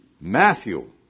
Matthew